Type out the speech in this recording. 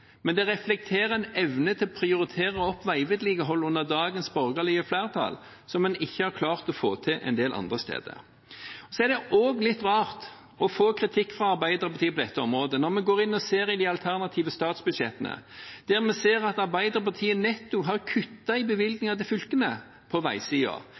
Men det reflekterer en evne til å prioritere opp veivedlikeholdet under dagens borgerlige flertall som en ikke har klart å få til en del andre steder. Det er også litt rart å få kritikk fra Arbeiderpartiet på dette området. Når vi går inn og ser i de alternative statsbudsjettene, ser vi at Arbeiderpartiet nettopp har kuttet i bevilgningene til fylkene på